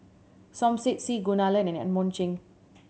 Som Said C Kunalan and Edmund Cheng